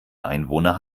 einwohner